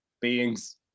beings